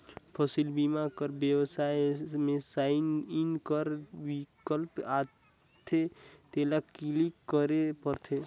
फसिल बीमा कर बेबसाइट में साइन इन कर बिकल्प आथे तेला क्लिक करेक परथे